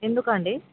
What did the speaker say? ఎందుకండి